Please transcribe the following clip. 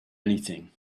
anything